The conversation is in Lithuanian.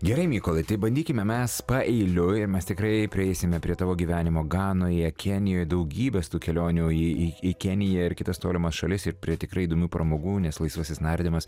gerai mykolai tai bandykime mes paeiliui ir mes tikrai prieisime prie tavo gyvenimo ganoje kenijoje daugybės tų kelionių į į keniją ir kitas tolimas šalis ir prie tikrai įdomių pramogų nes laisvasis nardymas